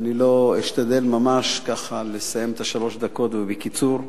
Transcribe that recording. אני אשתדל לסיים את שלוש הדקות ובקיצור.